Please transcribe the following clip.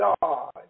God